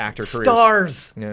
stars